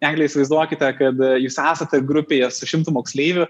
egle įsivaizduokite kada jūs esate grupėje su šimtu moksleivių